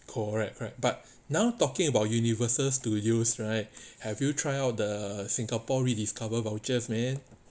correct correct but now talking about universal studios right have you try out the singapore rediscover voucher man